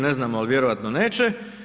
Ne znamo, ali vjerojatno neće.